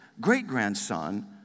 great-grandson